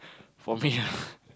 for me ah